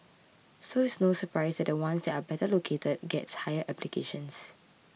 so it's no surprise that the ones that are better located gets higher applications